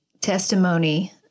testimony